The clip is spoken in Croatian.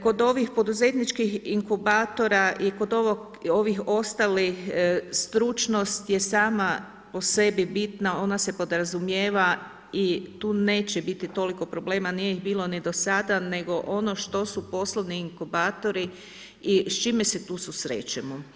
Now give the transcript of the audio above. Kod ovih poduzetničkih inkubatora i kod ovih ostalih, stručnost je sama po sebi bitna, ona se podrazumijeva i tu neće biti toliko problema, nije ih bilo ni do sada, nego ono što su poslovni inkubatori i s čime se tu susrećemo.